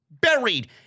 buried